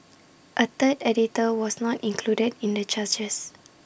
A third editor was not included in the charges